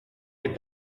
est